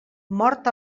mort